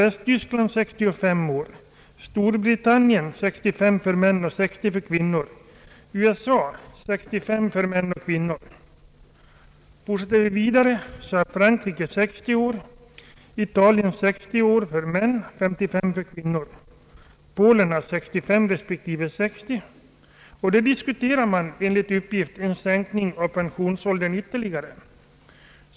Västtyskland har 65 år, Storbritannien 65 år för män och 60 år för kvinnor, USA 65 år för män och kvinnor. Fortsätter vi vidare finner vi att Frankrike har 60 år, Italien 60 år för män och 55 år för kvinnor och Polen 65 respektive 60 år — där diskuterar man enligt uppgift en sänkning av pensionsåldern.